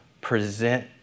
present